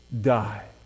die